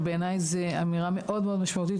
ובעיניי זה אמירה מאוד משמעותית,